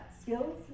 skills